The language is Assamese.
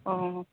অঁ